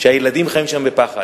שהילדים חיים שם בפחד.